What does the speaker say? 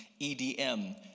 EDM